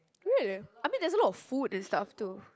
really I mean there's a lot of food and stuff too